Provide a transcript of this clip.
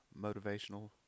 motivational